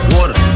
Water